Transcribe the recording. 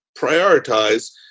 prioritize